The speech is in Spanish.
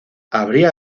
habría